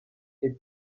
est